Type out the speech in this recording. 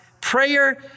Prayer